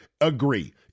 agree